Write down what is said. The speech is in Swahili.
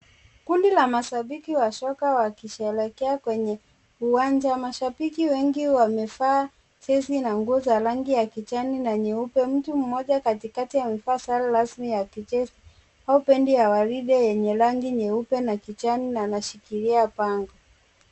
Kundi la mashabiki wa soka wanasherekea kwenye uwancha, mashabiki wengi wamevaa jezi na nguo za rangi ya kijani na nyeupe, mtu moja katikati amevaa sare rasmi ya kijeshi au jesi ya kwaride yenye rangi nyeupe na kijani na ameshikilia panga.